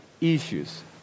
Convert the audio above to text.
issues